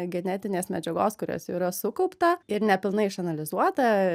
genetinės medžiagos kurios jau yra sukaupta ir ne pilnai išanalizuota